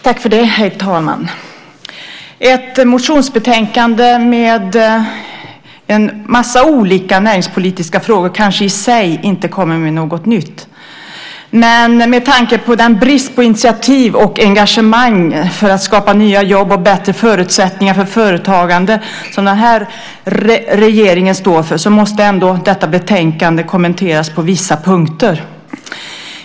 Herr talman! Ett motionsbetänkande med en massa olika näringspolitiska frågor kanske inte i sig kommer med något nytt. Med tanke på den brist på initiativ och engagemang för att skapa nya jobb och bättre förutsättningar för företagande som den här regeringen står för måste ändå detta betänkande kommenteras på vissa punkter.